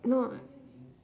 no